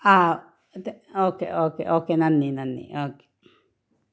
ആ okay okay okay നന്ദി നന്ദി ഓക്കേ